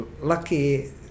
lucky